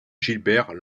gilbert